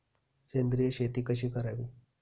सेंद्रिय शेती कशी करावी?